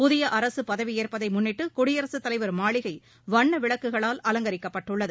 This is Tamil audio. புதிய அரசு பதவியேற்பதை முன்னிட்டு குடியரசுத் தலைவர் மாளிகை வண்ண விளக்குகளால் அலங்கரிக்கப்பட்டுள்ளது